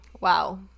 Wow